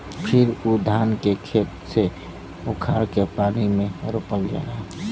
फिर उ धान के खेते से उखाड़ के पानी में रोपल जाला